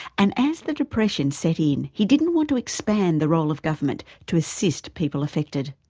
and as the depression set in, he didn't want to expand the role of government to assist people affected.